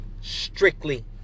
strictly